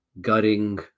gutting